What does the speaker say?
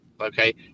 okay